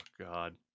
God